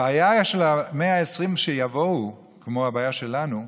הבעיה של ה-120 שיבואו, כמו הבעיה שלנו,